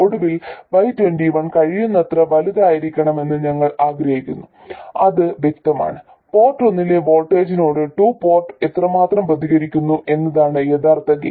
ഒടുവിൽ y21 കഴിയുന്നത്ര വലുതായിരിക്കണമെന്ന് ഞങ്ങൾ ആഗ്രഹിച്ചു അത് വ്യക്തമാണ് പോർട്ട് ഒന്നിലെ വോൾട്ടേജിനോട് ടു പോർട്ട് എത്രമാത്രം പ്രതികരിക്കുന്നു എന്നതാണ് യഥാർത്ഥ ഗെയിൻ